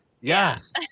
yes